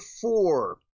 four